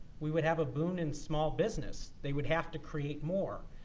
we would have a boom and small business. they would have to create more.